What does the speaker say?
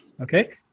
Okay